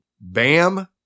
Bam